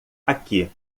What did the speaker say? aqui